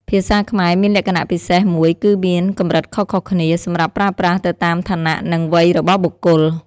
ភាសាខ្មែរមានលក្ខណៈពិសេសមួយគឺមាន កម្រិតខុសៗគ្នា សម្រាប់ប្រើប្រាស់ទៅតាមឋានៈ និងវ័យរបស់បុគ្គល។